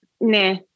nah